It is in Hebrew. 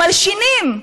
מלשינים.